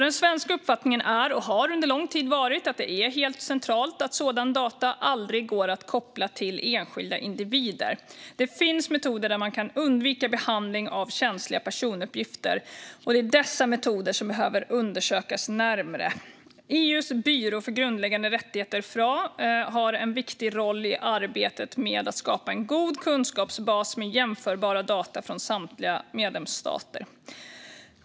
Den svenska uppfattningen är, och har under lång tid varit, att det är helt centralt att sådana data aldrig går att koppla till enskilda individer. Det finns metoder där man kan undvika behandling av känsliga personuppgifter, och det är dessa metoder som behöver undersökas närmare. EU:s byrå för grundläggande rättigheter, FRA, har en viktig roll i arbetet med att skapa en god kunskapsbas med jämförbara data från samtliga medlemsstater.